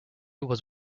was